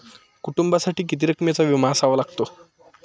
कुटुंबासाठी किती रकमेचा विमा असावा लागतो?